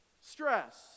stress